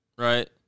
Right